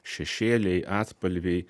šešėliai atspalviai